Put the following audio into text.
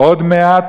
עוד מעט,